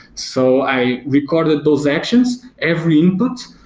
so i recorded those actions, every input,